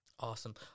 Awesome